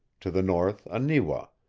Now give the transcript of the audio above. to the north, aniwa,